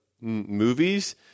movies